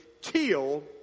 till